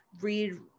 read